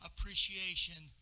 appreciation